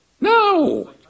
no